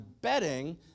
betting